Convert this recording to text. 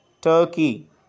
Turkey